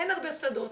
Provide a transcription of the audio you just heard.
אין הרבה שדות,